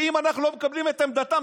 ואם אנחנו לא מקבלים את עמדתם,